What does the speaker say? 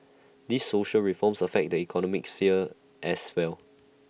these social reforms affect the economic sphere as well